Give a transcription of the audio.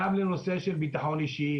גם בנושא של ביטחון אישי,